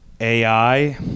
AI